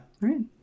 right